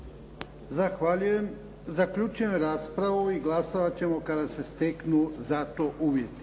Zahvaljujem. Zaključujem raspravu i glasovat ćemo kada se steknu za to uvjeti.